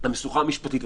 משוכה משפטית,